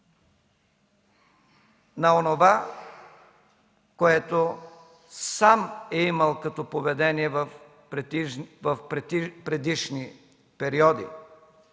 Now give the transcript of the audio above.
на онова, което сам е имал като поведение в предишни периоди.